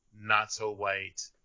not-so-white